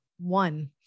One